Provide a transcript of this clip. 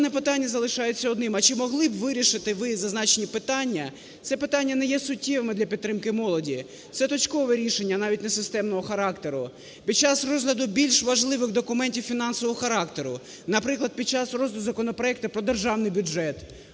залишається одним. А чи могли б вирішити ви зазначені питання? Ці питання не є суттєвими для підтримки молоді, це точкове рішення, навіть не системного характеру, під час розгляду більш важливих документів фінансового характеру, наприклад під час розгляду законопроекту про державний бюджет.